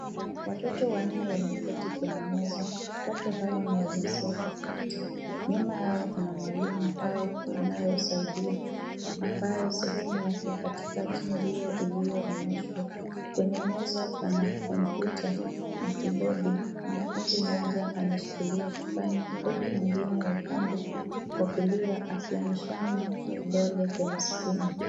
Watoto wanne wameketi kwenye meza. Watoto hawa ni wa jinsia tofauti. Nyuma yao kuna mwalimu au anayewasaidia, ambaye sehemu yake katikati ndiyo iliyoonyeshwa. Kwenye meza pana kompyuta, na kibodi. Mwanafunzi mmoja ameshikilia kipanya, huku mwingine wa upande wa kulia akionyeshana kidole kwenye skrini.